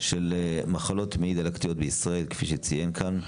של מחלות מעי דלקתיות בישראל, כפי שצוין כאן.